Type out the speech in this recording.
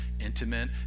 intimate